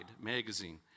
Magazine